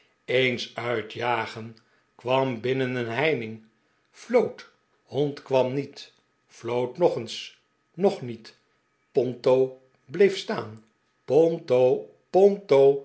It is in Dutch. eens uit jagen kwam binnen een heining floot hond kwam niet floot nog eens nog niet ponto bleef staan ponto ponto